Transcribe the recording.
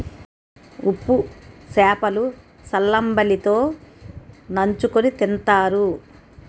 ఉప్పు సేప లు సల్లంబలి తో నంచుకుని తింతారు